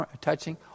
touching